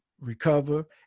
recover